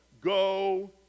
Go